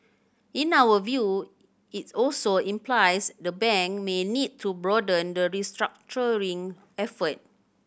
in our view its also implies the bank may need to broaden the restructuring effort